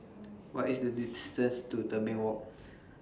What IS The distance to Tebing Walk